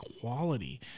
quality